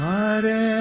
Hare